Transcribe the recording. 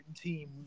team